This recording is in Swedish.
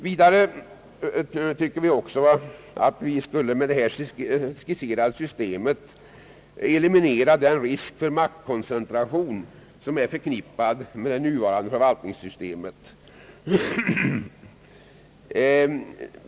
Vidare tycker vi att vi med det här skisserade systemet skulle eliminera den risk för maktkoncentration som är förknippad med det nuvarande förvaltningssystemet.